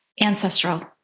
ancestral